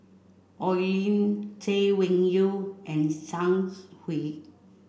Oi Lin Chay Weng Yew and Zhang Hui